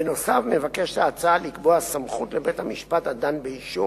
בנוסף מבקשת ההצעה לקבוע סמכות לבית-המשפט הדן באישום,